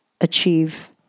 achieve